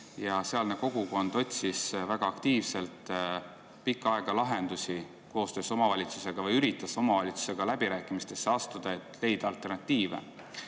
Sealne kogukond otsis väga aktiivselt pikka aega lahendusi koostööks omavalitsusega, üritas omavalitsusega läbirääkimistesse astuda, et leida alternatiive.